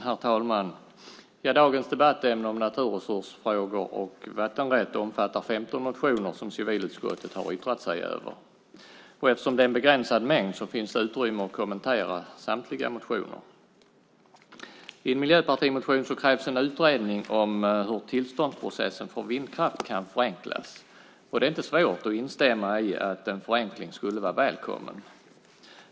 Herr talman! Dagens debattämne om naturresursfrågor och vattenrätt omfattar 15 motioner som civilutskottet har yttrat sig över. Eftersom det är en begränsad mängd finns det utrymme att kommentera samtliga motioner. I en miljöpartimotion krävs en utredning om hur tillståndsprocessen för vindkraft kan förenklas. Det är inte svårt att instämma i att en förenkling skulle vara välkommen.